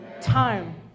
time